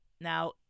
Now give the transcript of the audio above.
now